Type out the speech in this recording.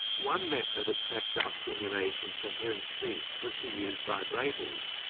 one method of tactile stimulation for hearing speech was to use vibrators,